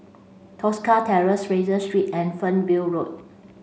Tosca Terrace Fraser Street and Fernvale Road